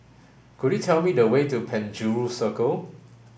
could you tell me the way to Penjuru Circle